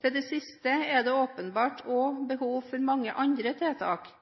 Til det siste er det åpenbart